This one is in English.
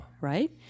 right